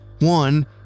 One